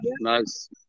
nice